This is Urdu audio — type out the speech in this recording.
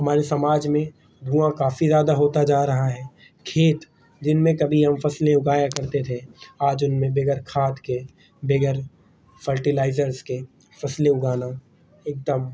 ہمارے سماج میں دھواں کافی زیادہ ہوتا جا رہا ہے کھیت جن میں کبھی ہم فصلیں اگایا کرتے تھے آج ان میں بغیر کھاد کے بغیر فرٹیلائیزرس کے فصلیں اگانا ایک دم